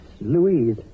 Louise